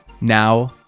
now